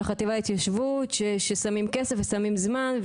החטיבה להתיישבות ששמים כסף ושמים זמן,